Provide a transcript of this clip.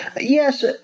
Yes